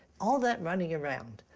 all that running around.